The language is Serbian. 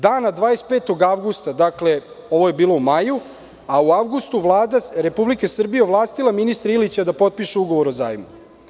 Dana 25. avgusta, dakle, ovo je bilo u maju, a u avgustu Vlada Republike Srbije je ovlastila ministra Ilića da potpiše ugovor o zajmu.